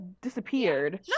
disappeared